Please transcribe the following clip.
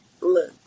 Look